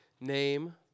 name